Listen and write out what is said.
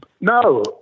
No